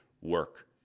work